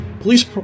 Police